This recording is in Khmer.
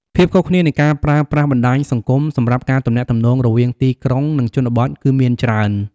ភាពខុសគ្នានៃការប្រើប្រាស់បណ្ដាញសង្គមសម្រាប់ការទំនាក់ទំនងរវាងទីក្រុង និងជនបទគឺមានច្រើន។